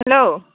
hello